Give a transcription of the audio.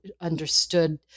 understood